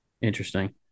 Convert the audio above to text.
Interesting